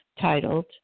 titled